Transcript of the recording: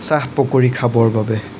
চাহ পকৰি খাবৰ বাবে